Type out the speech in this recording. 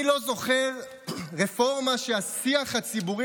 אני לא זוכר רפורמה שהשיח הציבורי